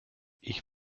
ich